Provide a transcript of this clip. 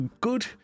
good